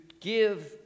give